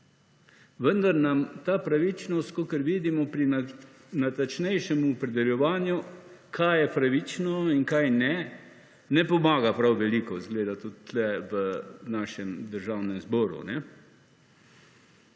Vendar nam ta pravičnost, kakor vidimo pri natančnejšem opredeljevanju, kaj je pravično in kaj ne, ne pomaga prav veliko, izgleda tudi tukaj v našem Državnem zboru.